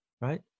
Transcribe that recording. right